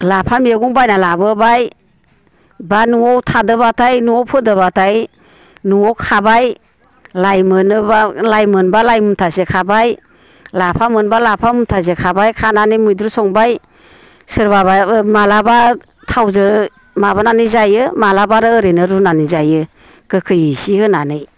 लाफा मैगं बायना लाबोबाय बा न'आव थादोंबाथाय न'आव फोदोंबाथाय न'आव खाबाय लाइ मोनोबा लाइ मुथासे खाबाय लाफा मोनबा लाफा मुथासे खाबाय खानानै मैद्रु संबाय सोरबाबा माब्लाबा थावजों माबानानै जायो मालाबा आरो ओरैनो रुनानै जायो गोखै इसे होनानै